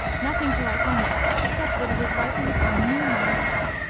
nothing to write home about, except that it is ripened on new-mown hay.